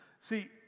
See